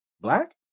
black